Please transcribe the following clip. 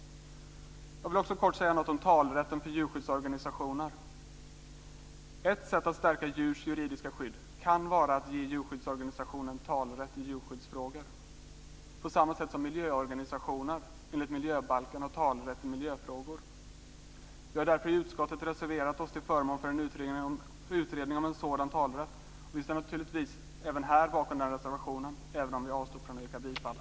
Jag vill också kort säga något om talerätten för djurskyddsorganisationer. Ett sätt att stärka djurs juridiska skydd kan vara att ge djurskyddsorganisationer talerätt i djurskyddsfrågor. Det ska vara på samma sätt som miljöorganisationer enligt miljöbalken har talerätt i miljöfrågor. Vi har därför i utskottet reserverat oss till förmån för en utredning om en sådan talerätt. Vi ställer oss naturligtvis bakom den reservationen även om vi avstår från att yrka bifall.